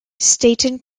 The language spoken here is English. stanton